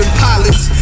pilots